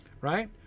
Right